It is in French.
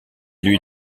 lui